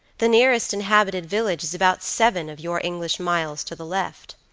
the nearest inhabited village is about seven of your english miles to the left.